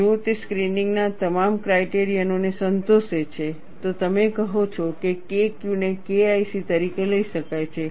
જો તે સ્ક્રીનીંગના તમામ ક્રાઇટેરિયનો ને સંતોષે છે તો તમે કહો છો કે KQ ને KIC તરીકે લઈ શકાય છે